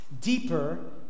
Deeper